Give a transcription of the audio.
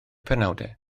penawdau